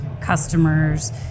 customers